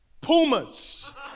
pumas